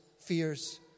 fears